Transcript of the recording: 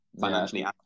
financially